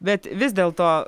bet vis dėlto